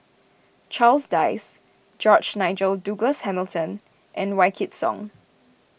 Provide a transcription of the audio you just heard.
Charles Dyce George Nigel Douglas Hamilton and Wykidd Song